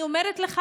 אני אומרת לך,